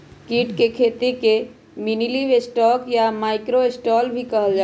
कीट के खेती के मिनीलिवस्टॉक या माइक्रो स्टॉक भी कहल जाहई